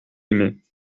aimais